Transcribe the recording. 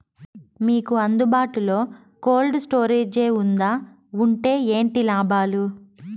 మీకు అందుబాటులో బాటులో కోల్డ్ స్టోరేజ్ జే వుందా వుంటే ఏంటి లాభాలు?